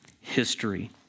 history